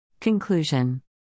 Conclusion